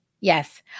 yes